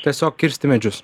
tiesiog kirsti medžius